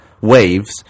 waves